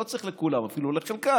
לא צריך לכולם, אפילו לחלקם,